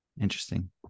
interesting